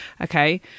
okay